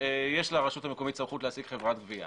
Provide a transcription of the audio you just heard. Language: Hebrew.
שיש לרשות המקומית סמכות להעסיק חברת גבייה